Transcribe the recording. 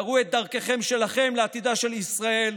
והראו את דרככם שלכם לעתידה של ישראל,